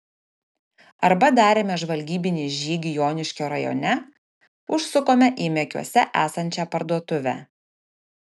arba darėme žvalgybinį žygį joniškio rajone užsukome į mekiuose esančią parduotuvę